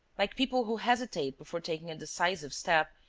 like people who hesitate before taking a decisive step,